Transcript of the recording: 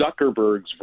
Zuckerberg's